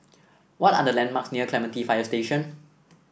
what are the landmarks near Clementi Fire Station